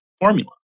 formula